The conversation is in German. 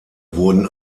wurden